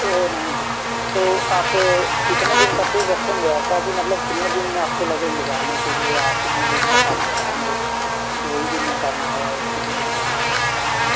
वो नहीं तो आप कितने दिन का टूर रखेंगे ऐसा कि मतलब कितने दिन आपको लगेंगे जाने के लिए या कितने दिन तक आप रहेंगे दो ही दिन में करना है या एक ही दिन में करना है है तो